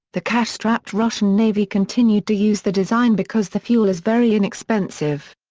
the cash-strapped russian navy continued to use the design because the fuel is very inexpensive.